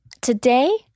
today